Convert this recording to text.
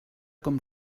com